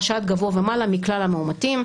חשד גבוה ומעלה מכלל המאומתים.